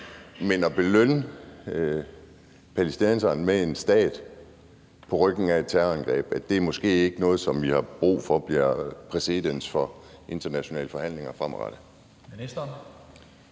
det at belønne palæstinenserne med en stat på ryggen af et terrorangreb måske ikke er noget, vi har brug for danner præcedens for internationale forhandlinger fremadrettet?